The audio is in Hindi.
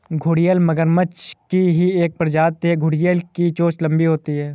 घड़ियाल मगरमच्छ की ही एक प्रजाति है घड़ियाल की चोंच लंबी होती है